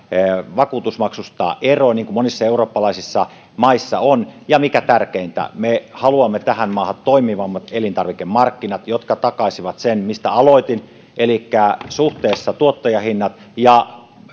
vakuutusmaksusta eroon niin kuin monissa eurooppalaisissa maissa on ja mikä tärkeintä me haluamme tähän maahan toimivammat elintarvikemarkkinat jotka takaisivat sen mistä aloitin elikkä suhteessa tuottajahinnat ja